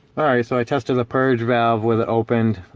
alright, so i tested the purge valve where the opened